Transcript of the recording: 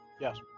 Yes